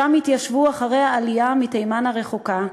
שם התיישבו אחרי העלייה מתימן הרחוקה,